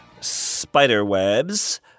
Spiderwebs